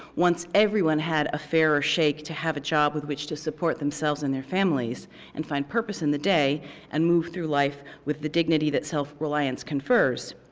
once everyone had a fairer shake to have a job with which to support themselves and their families and find purpose in the day and move through life with the dignity that self-reliance confers,